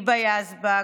היבה יזבק,